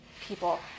people